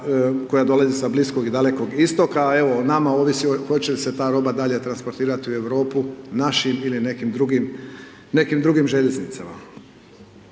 koja dolazi sa Bliskog i Dalekog istoka a evo o nama ovisi hoće li se ta roba dalje transportirati u Europu našim ili nekim drugim željeznicama.